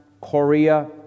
Korea